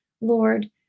Lord